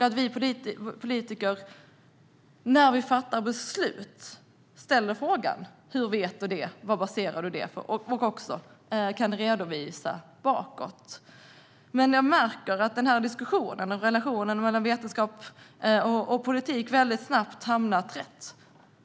När vi politiker fattar beslut är det viktigt att ställa frågan: Hur vet man det? Vad baseras det på? Går det att göra en redovisning bakåt? Men jag märker att den här diskussionen och relationen mellan vetenskap och politik väldigt snabbt har hamnat fel.